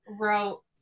wrote